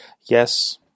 yes